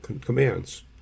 commands